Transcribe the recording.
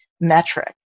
metric